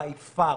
ביי-פר.